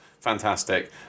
Fantastic